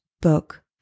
book